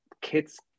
kids